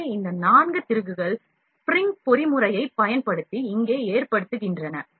எனவே இந்த 4 திருகுகள் ஸ்ப்ரிங் பொறிமுறையைப் பயன்படுத்தி இங்கே ஏற்றப்படுகின்றன